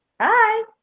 Hi